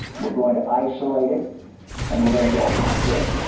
we're going to isolate it and we're going to go after it.